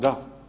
Da.